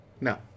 no